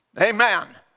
Amen